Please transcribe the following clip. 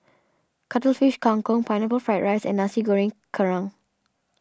Cuttlefish Kang Kong Pineapple Fried Rice and Nasi Goreng Kerang